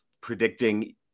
predicting